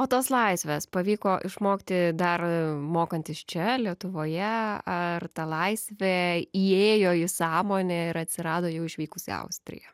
o tos laisvės pavyko išmokti dar mokantis čia lietuvoje ar ta laisvė įėjo į sąmonę ir atsirado jau išvykusi į austriją